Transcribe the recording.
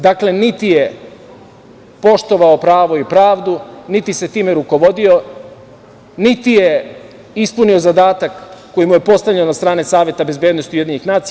Dakle, niti je poštovao pravo i pravdu, niti se time rukovodio, niti je ispunio zadatak koji mu je postavljen od strane Saveta bezbednosti UN.